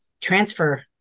transfer